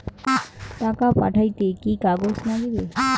টাকা পাঠাইতে কি কাগজ নাগীবে?